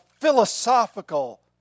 philosophical